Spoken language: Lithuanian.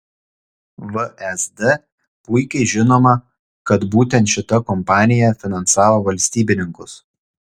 vsd puikiai žinoma kad būtent šita kompanija finansavo valstybininkus